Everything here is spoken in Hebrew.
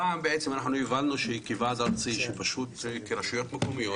הפעם הבנו שכוועד ארצי של רשויות מקומיות,